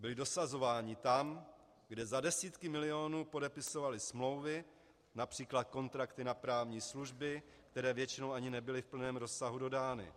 Byli dosazováni tam, kde za desítky milionů podepisovali smlouvy, např. kontrakty na právní služby, které většinou ani nebyly v plném rozsahu dodány.